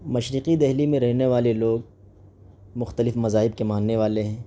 مشرقی دہلی میں رہنے والے لوگ مختلف مذاہب کے ماننے والے ہیں